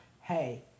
hey